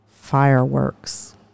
fireworks